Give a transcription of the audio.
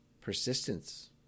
persistence